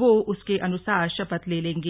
वह उसके अनुसार शपथ ले लेंगे